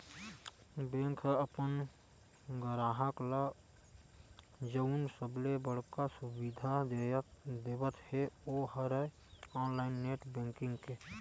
bank ह अपन गराहक ल जउन सबले बड़का सुबिधा देवत हे ओ हरय ऑनलाईन नेट बेंकिंग के